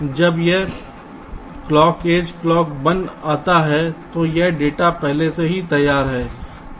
इसलिए जब यह क्लॉक एज क्लॉक 1 आता है तो यह डेटा पहले से ही तैयार है